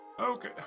Okay